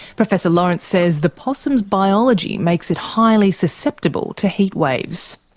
professor laurance says the possum's biology makes it highly susceptible to heatwaves.